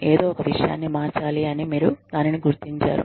ఏదో ఒక విషయాన్ని మార్చాలి అని మీరు దానిని గుర్తించారు